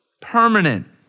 permanent